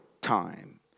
time